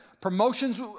Promotions